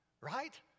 Right